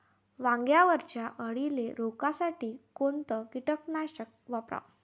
वांग्यावरच्या अळीले रोकासाठी कोनतं कीटकनाशक वापराव?